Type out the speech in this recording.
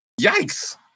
Yikes